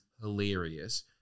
hilarious